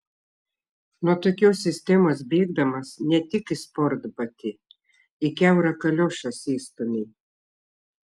nuo tokios sistemos bėgdamas ne tik į sportbatį į kiaurą kaliošą sėstumei